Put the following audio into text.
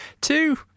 two